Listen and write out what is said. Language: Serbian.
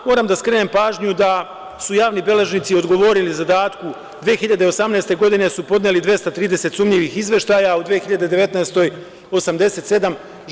Moram da skrenem pažnju da su javni beležnici odgovorili zadatku 2018. godine, da su podneli 230 sumnjivih izveštaja, a u 2019. godini 87.